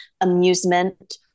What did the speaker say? amusement